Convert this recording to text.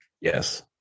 Yes